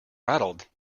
rattled